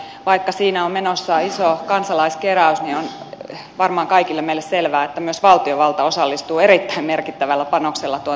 vaikka siinä on menossa iso kansalaiskeräys niin on varmaan kaikille meille selvää että myös valtiovalta osallistuu erittäin merkittävällä panoksella tuon tärkeän hankkeen edistämiseen